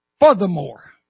furthermore